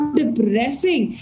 depressing